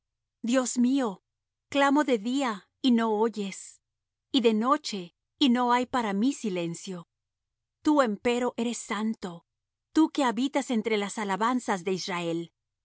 dios mío clamo de día y no oyes y de noche y no hay para mí silencio tú empero eres santo tú que habitas entre las alabanzas de israel